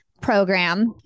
program